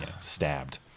stabbed